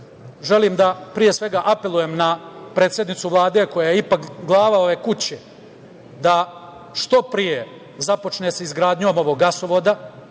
želim da, pre svega, apelujem na predsednicu Vlade, koja je ipak glava ove kuće, da što pre započne sa izgradnjom ovog gasovoda.